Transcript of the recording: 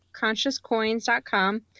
ConsciousCoins.com